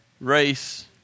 race